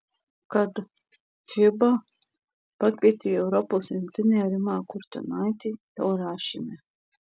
kad fiba pakvietė į europos rinktinę rimą kurtinaitį jau rašėme